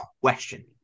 question